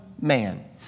man